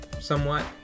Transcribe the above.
somewhat